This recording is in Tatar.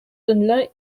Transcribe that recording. төнлә